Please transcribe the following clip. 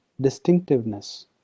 distinctiveness